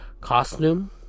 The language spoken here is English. costume